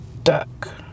stuck